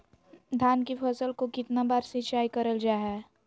धान की फ़सल को कितना बार सिंचाई करल जा हाय?